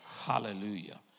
Hallelujah